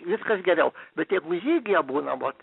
viskas geriau bet jeigu žygyje būna vat